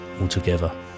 altogether